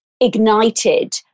ignited